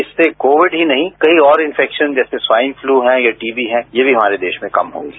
इससे कोविड ही नहीं कई और इन्फ्रेक्शन जैसे स्वाइन फ्लू या टीबी है ये भी हमारे देश में कम होंगे